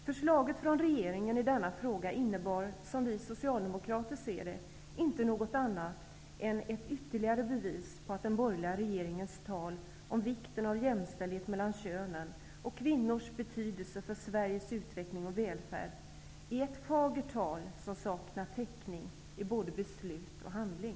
Förslaget från regeringen i denna fråga innebar, som vi socialdemokrater ser det, inte något annat än ett ytterligare bevis på att den borgerliga regeringens tal om vikten av jämställdhet mellan könen och kvinnors betydelse för Sveriges utveckling och välfärd är ett fagert tal, som saknar förankring i både beslut och handling.